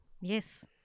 Yes